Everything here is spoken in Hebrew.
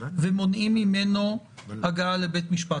ומונעים ממנו הגעה לבית משפט?